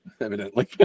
evidently